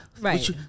Right